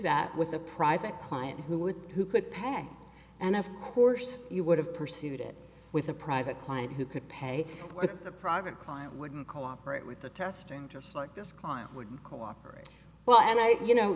that with a private client who would who could pack and of course you would have pursued it with a private client who could pay a private client wouldn't cooperate with the testing just like this client would cooperate well and i you